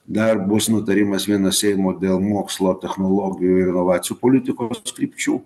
dar bus nutarimas vienas seimo dėl mokslo technologijų ir inovacijų politikos krypčių